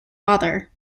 father